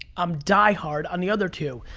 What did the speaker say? i'm diehard on the other two.